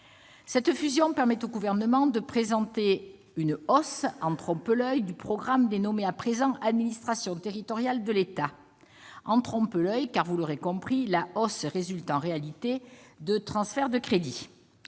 Cette fusion permet au Gouvernement de présenter une hausse en trompe-l'oeil du programme, dénommé à présent « Administration territoriale de l'État ». En effet, comme vous l'aurez compris, mes chers collègues, la hausse résulte, en réalité, de transferts de crédits.